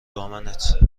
دامنت